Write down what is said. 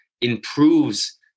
improves